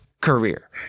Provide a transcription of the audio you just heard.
career